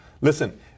listen